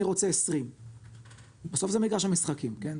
אני רוצה 20. בסוף זה מגרש המשחקים, כן?